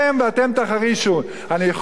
אני שוב מסייג ואומר: